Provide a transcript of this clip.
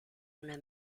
una